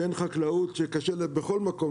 בין חקלאות שקשה בכל מקום,